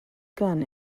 gun